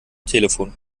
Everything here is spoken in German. telefon